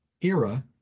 era